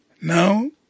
Now